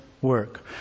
work